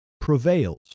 prevails